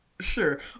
sure